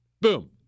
Boom